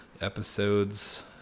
episodes